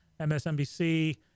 MSNBC